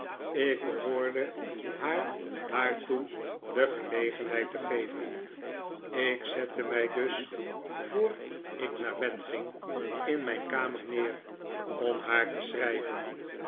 ik behoorde haar daartoe de gelegenheid te geven ik zette mij dus voor ik naar bed ging in mijn kamer neer om haar te schrijven